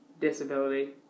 disability